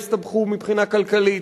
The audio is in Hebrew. הסתבכו מבחינה כלכלית,